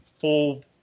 full